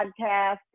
podcast